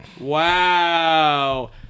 wow